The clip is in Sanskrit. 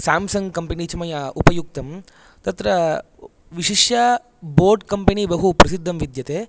सेम्सङ्ग् कम्पनी च मया उपयुक्तं तत्र विशिष्य बोट् कम्पनी बहुप्रसिद्धं विद्यते